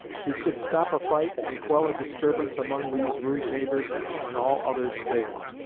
he could stop a fight and quell a disturbance among these rude neighbors when all others failed.